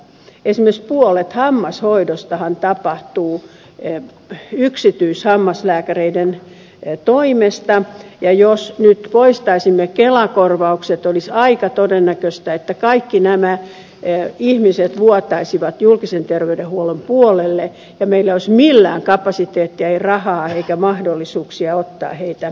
esimerkiksi puolet hammashoidostahan tapahtuu yksityishammaslääkäreiden toimesta ja jos nyt poistaisimme kelakorvaukset olisi aika todennäköistä että kaikki nämä ihmiset vuotaisivat julkisen terveydenhuollon puolelle ja meillä ei olisi millään kapasiteettia rahaa eikä mahdollisuuksia ottaa heitä hoitoon